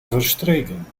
verstreken